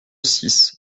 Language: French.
six